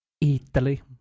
italy